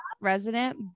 resident